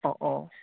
অঁ অঁ